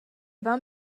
vám